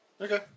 Okay